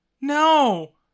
No